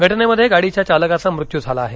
घटनेमध्ये गाडीच्या चालकाचा मृत्यू झाला आहे